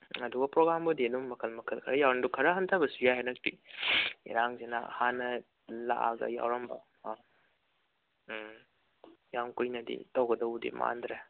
ꯑꯗꯨꯒ ꯄ꯭ꯔꯣꯒꯥꯝꯕꯨꯗꯤ ꯑꯗꯨꯝ ꯃꯈꯜ ꯃꯈꯜ ꯑꯗꯨ ꯈꯔ ꯍꯟꯊꯕꯁꯨ ꯌꯥꯏ ꯍꯟꯗꯛꯇꯤ ꯏꯔꯥꯡꯁꯤꯅ ꯍꯥꯟꯅ ꯂꯥꯛꯑꯒ ꯌꯥꯎꯔꯝꯕ ꯑꯥ ꯎꯝ ꯌꯥꯝ ꯀꯨꯏꯅꯗꯤ ꯇꯧꯒꯗꯧꯕꯗꯤ ꯃꯥꯟꯗ꯭ꯔꯦ